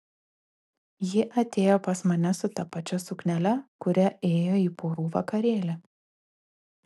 ji atėjo pas mane su ta pačia suknele kuria ėjo į porų vakarėlį